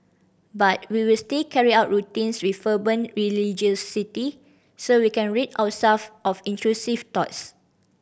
but we will still carry out routines with fervent religiosity so we can rid ourself of intrusive thoughts